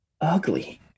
ugly